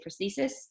prosthesis